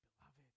beloved